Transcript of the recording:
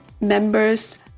members